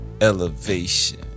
elevation